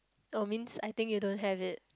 oh means I think you don't have it